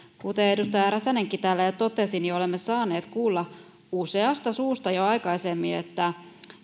kuten edustaja räsänenkin täällä jo totesi olemme saaneet kuulla useasta suusta jo aikaisemmin että